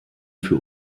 für